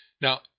Now